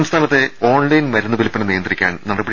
സംസ്ഥാനത്തെ ഓൺലൈൻ മരുന്നുവില്പന നിയന്ത്രിക്കാൻ നടപടി